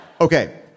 Okay